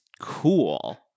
cool